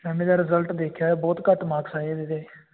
ma'am ਇਹਦਾ result ਦੇਖਿਆ ਬਹੁਤ ਘੱਟ ਮਾਰਕਸ ਆ ਇਹਦੇ